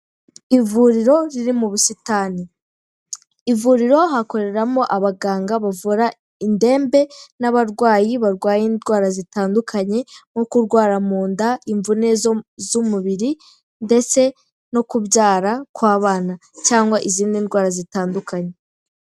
Ivuriro riri mu busitani, ivuriro hakoreramo abaganga bavura indembe n'abarwayi barwaye indwara zitandukanye nko kurwara mu nda, imvune z'umubiri ndetse no kubyara kw'abana cyangwa izindi ndwara zitandukanye.